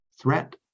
threat